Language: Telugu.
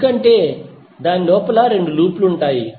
ఎందుకంటే దాని లోపల 2 లూప్ లు ఉంటాయి